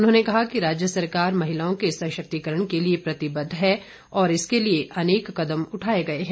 उन्होंने कहा कि राज्य सरकार महिलाओं के सशक्तिकरण के लिए प्रतिबद्ध है और इसके लिए अनेक कदम उठाए गए हैं